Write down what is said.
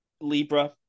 Libra